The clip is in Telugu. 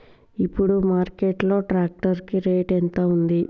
ఇప్పుడు మార్కెట్ లో ట్రాక్టర్ కి రేటు ఎంత ఉంది?